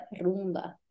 rumba